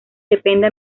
depende